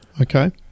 Okay